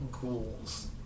ghouls